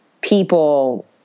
people